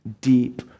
deep